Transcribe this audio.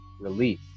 release